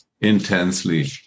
intensely